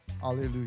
Hallelujah